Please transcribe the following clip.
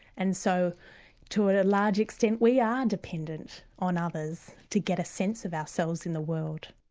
and so to a large extent we are dependent on others to get a sense of ourselves in the world.